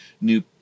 new